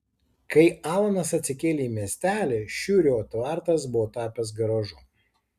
kai alanas atsikėlė į miestelį šiurio tvartas buvo tapęs garažu